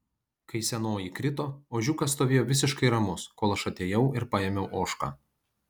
kai senoji krito ožiukas stovėjo visiškai ramus kol aš atėjau ir paėmiau ožką